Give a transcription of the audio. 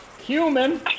cumin